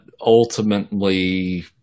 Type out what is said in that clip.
ultimately